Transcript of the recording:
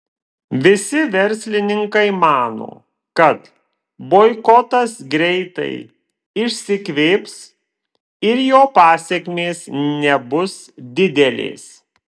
visi verslininkai mano kad boikotas greitai išsikvėps ir jo pasekmės nebus didelės